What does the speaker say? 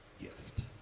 gift